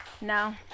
No